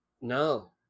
No